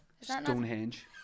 Stonehenge